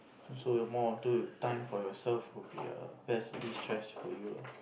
so so the more onto time for yourself would be a best distress for you lah